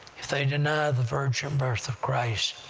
if they deny the virgin birth of christ,